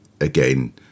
Again